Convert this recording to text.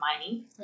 mining